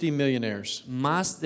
millionaires